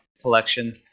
collection